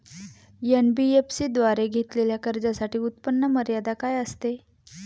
NBFC द्वारे घेतलेल्या कर्जासाठी उत्पन्न मर्यादा काय असते?